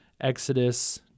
Exodus